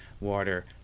water